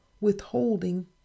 withholding